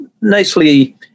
nicely